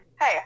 Hey